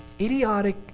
idiotic